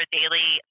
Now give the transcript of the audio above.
daily